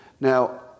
Now